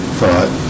thought